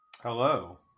Hello